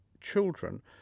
children